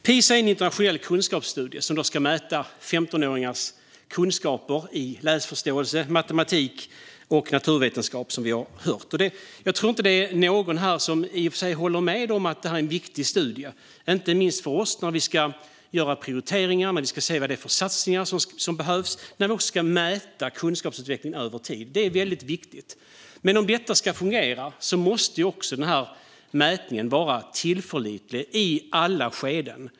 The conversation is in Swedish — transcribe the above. Pisa är en internationell kunskapsstudie som ska mäta 15-åringars kunskaper i läsförståelse, matematik och naturvetenskap, som vi har hört. Jag tror i och för sig inte att det är någon här som inte håller med om att det är en viktig studie, inte minst för oss när vi ska göra prioriteringar och se vilka satsningar som behövs och mäta kunskapsutvecklingen över tid. Detta är viktigt. Om det ska fungera måste mätningen vara tillförlitlig i alla skeden.